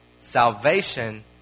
Salvation